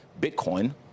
Bitcoin